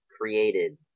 created